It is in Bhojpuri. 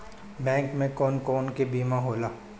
बैंक में कौन कौन से बीमा होला?